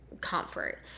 comfort